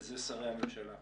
וזה שרי הממשלה.